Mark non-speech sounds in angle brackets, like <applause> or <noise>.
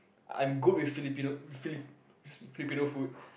I'm good with Filipino fili~ <noise> Filipino food